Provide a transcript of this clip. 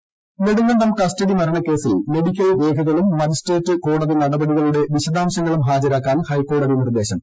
ഹൈക്കോടതി നിർദ്ദേശം നെടുങ്കണ്ടം കസ്റ്റഡി മരണക്കേസിൽ മെഡിക്കൽ രേഖകളും മജിസ്ട്രേറ്റ് കോടതി നടപടികളുടെ വിശദാംശങ്ങളും ഹാജരാക്കാൻ ഹൈക്കോടതി നിർദ്ദേശം